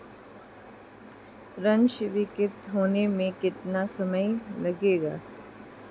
ऋण स्वीकृत होने में कितना समय लगेगा?